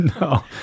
No